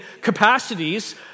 capacities